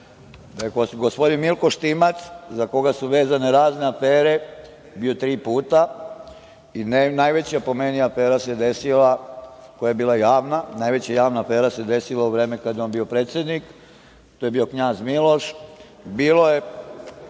puta, gospodin Milko Štimac, za koga su vezane razne afere, bio je tri puta. Najveća, po meni, afera se desila, koja je bila javna, najveća javna afera se desila u vreme kada je on bio predsednik, to je bio „Knjaz Miloš“, kada je